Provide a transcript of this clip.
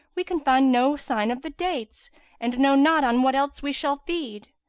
we can find no sign of the dates and know not on what else we shall feed.